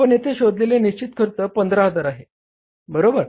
आपण येथे शोधलेले निश्चित खर्च 15000 आहे बरोबर